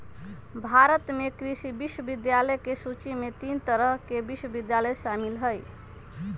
भारत में कृषि विश्वविद्यालय के सूची में तीन तरह के विश्वविद्यालय शामिल हई